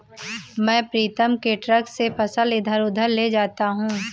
मैं प्रीतम के ट्रक से फसल इधर उधर ले जाता हूं